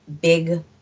big